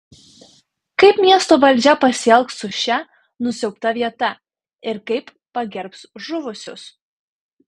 kaip miesto valdžia pasielgs su šia nusiaubta vieta ir kaip pagerbs žuvusius